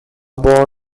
born